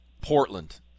Portland